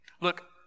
Look